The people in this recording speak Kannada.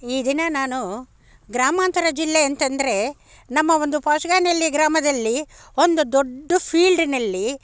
ಈ ದಿನ ನಾನು ಗ್ರಾಮಾಂತರ ಜಿಲ್ಲೆ ಅಂತಂದ್ರೆ ನಮ್ಮ ಒಂದು ಪಾಚುಗಾನ ಹಳ್ಳಿ ಗ್ರಾಮದಲ್ಲಿ ಒಂದು ದೊಡ್ಡ ಫೀಲ್ಡ್ನಲ್ಲಿ